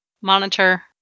monitor